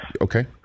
Okay